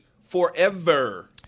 forever